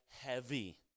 heavy